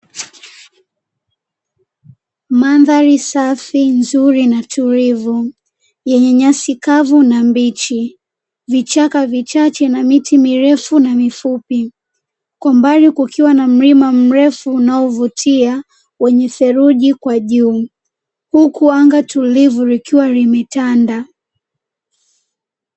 Mandhari safi, nzuri na tulivu yenye nyasi kavu na mbichi, vichaka vichache na miti mirefu na mifupi, kwa mbali kukiwa na mlima mrefu unaovutia wenye theluji kwa juu, huku anga tulivu likiwa limetanda.